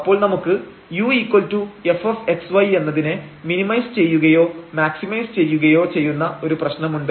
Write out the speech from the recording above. അപ്പോൾ നമുക്ക് ufxy എന്നതിനെ മിനിമൈസ് ചെയ്യുകയോ മാക്സിമൈസ് ചെയ്യുകയോ ചെയ്യുന്ന ഒരുപ്രശ്നമുണ്ട്